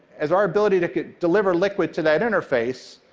as our ability to deliver liquid to that interface,